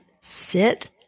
sit